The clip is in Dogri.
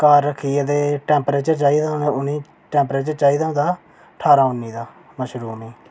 ते घर रक्खियै टेंपरेचर चाहिदा उ'नेंगी टेंपरेचर चाहिदा होंदा ठारहां उन्नी दा उ'नेंगी